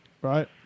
Right